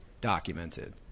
documented